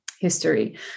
history